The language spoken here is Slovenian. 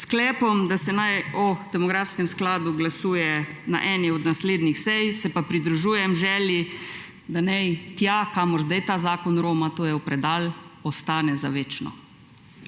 sklepom, da naj se o demografskem skladu glasuje na eni od naslednjih sej. Se pa pridružujem želji, da naj tam, kamor zdaj ta zakon roma, to je v predal, ostane za večno.